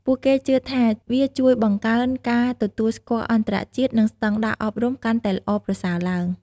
ពួកគេជឿថាវាជួយបង្កើនការទទួលស្គាល់អន្តរជាតិ និងស្តង់ដារអប់រំកាន់តែល្អប្រសើរឡើង។